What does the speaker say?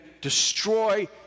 destroy